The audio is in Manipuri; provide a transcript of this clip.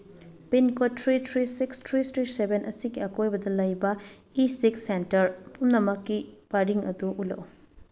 pincode three three six three three seven ꯑꯁꯤꯒꯤ ꯑꯀꯣꯏꯕꯗ ꯂꯩꯕ ꯏꯁꯤꯛ ꯁꯦꯟꯇꯔ ꯄꯨꯝꯅꯃꯛꯀꯤ ꯄꯔꯤꯡ ꯑꯗꯨ ꯎꯠꯂꯛꯎ